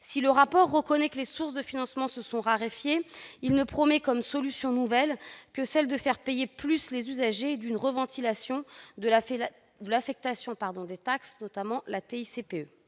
Si le rapport reconnaît que les sources de financement se sont raréfiées, il ne promet comme solutions nouvelles que celle qui consiste à faire payer davantage les usagers, ainsi qu'une reventilation de l'affectation des taxes, notamment la taxe